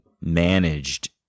managed